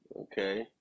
Okay